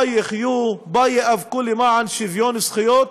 בה יחיו, בה ייאבקו למען שוויון זכויות,